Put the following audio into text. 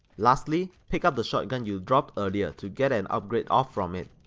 lastly, pick up the shotgun you dropped earlier to get an upgrade off from it.